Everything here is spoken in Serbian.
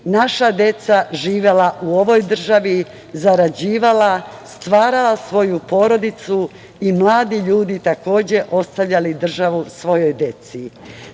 naša deca živela u ovoj državi, zarađivala, stvarala svoju porodicu i mladi ljudi, takođe ostavljali državu svojoj deci. To